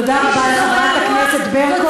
תודה רבה לחברת הכנסת ברקו.